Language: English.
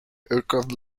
aircraft